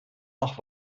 noch